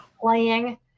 playing